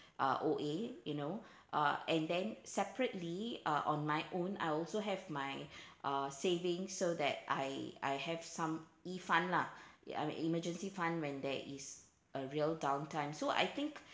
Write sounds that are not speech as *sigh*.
uh O_A you know uh and then separately uh on my own I also have my *breath* uh savings so that I I have some E fund lah *breath* ya eme~ emergency fund when there is a real down time so I think